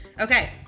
Okay